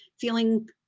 feeling